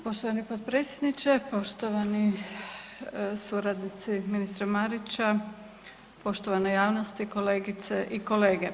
Poštovani potpredsjedniče, poštovani suradnici ministra Marića, poštovana javnosti, kolegice i kolege.